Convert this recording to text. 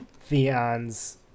Theon's